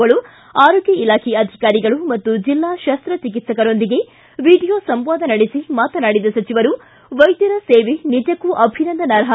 ಗಳು ಆರೋಗ್ಯ ಇಲಾಖೆ ಅಧಿಕಾರಿಗಳು ಹಾಗೂ ಜಿಲ್ಲಾ ಶಸ್ತ ಚಿಕಿತ್ಸಕರೊಂದಿಗೆ ವೀಡಿಯೋ ಸಂವಾದ ನಡೆಸಿ ಮಾತನಾಡಿದ ಸಚಿವರು ವೈದ್ಯರ ಸೇವೆ ನಿಜಕ್ಕೂ ಅಭಿನಂದನಾರ್ಹ